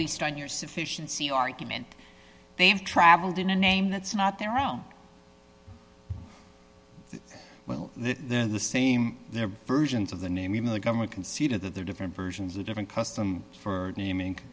least on your sufficiency argument they've traveled in a name that's not their own they're the same their versions of the name even the government conceded that they're different versions a different custom for naming